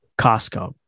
Costco